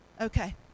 Okay